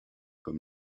comme